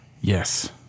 Yes